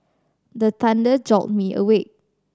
the thunder jolt me awake